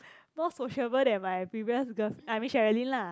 more sociable than my previous girlf~ I mean Sherilyn lah